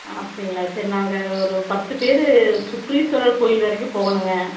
ஆ அப்படிங்களா சரி நாங்கள் ஒரு பத்து பேர் சுக்ரீஸ்வரர் கோயில் வரைக்கும் போகணும்ங்க